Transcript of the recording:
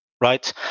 right